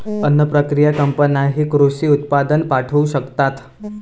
अन्न प्रक्रिया कंपन्यांनाही कृषी उत्पादन पाठवू शकतात